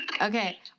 Okay